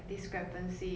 so I guess